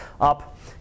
up